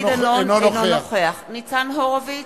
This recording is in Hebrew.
אינו נוכח ניצן הורוביץ,